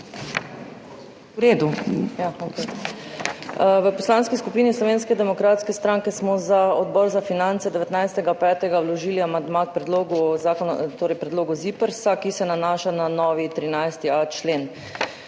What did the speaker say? V Poslanski skupini Slovenske demokratske stranke smo za Odbor za finance 19. 5. vložili amandma k predlogu ZIPRS, ki se nanaša na novi 13.a člen.